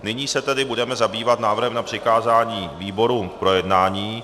Nyní se tedy budeme zabývat návrhem na přikázání výborům k projednání.